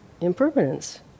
impermanence